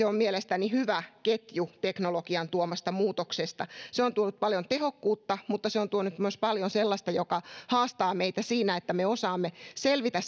on mielestäni hyvä ketju teknologian tuomassa muutoksessa se on tuonut paljon tehokkuutta mutta se on tuonut myös paljon sellaista joka haastaa meitä siinä että me osaamme selvitä